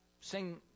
sing